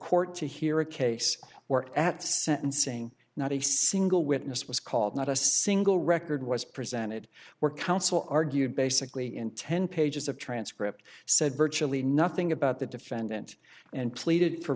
court to hear a case or at sentencing not a single witness was called not a single record was presented where counsel argued basically in ten pages of transcript said virtually nothing about the defendant and pleaded for